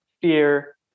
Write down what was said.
fear